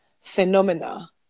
phenomena